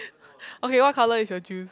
okay what color is your juice